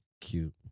Cute